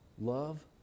love